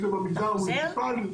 אם זה במגזר המוניציפלי,